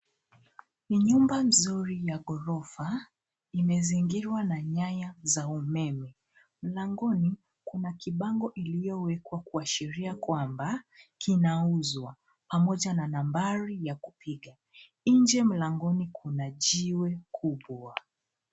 Ni nyumba mzuri ya gorofa imezingirwa na nyaya za umeme mlangoni kuna kibango iliyowekwa kuashiria kwamba kinauzwa pamoja na nambari ya kupiga nje mlangoni kuna jiwe kubwa.